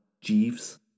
Jeeves